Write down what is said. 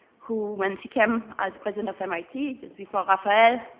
who when she came as president of mit just before rafael,